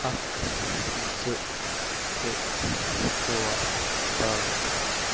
اَکھ زٕ ترٛےٚ ژور پانٛژھ